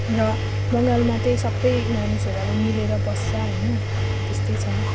र बङ्गालमा चाहिँ सबै मानिसहरू अब मिलेर बस्छ होइन त्यस्तै छ